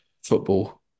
Football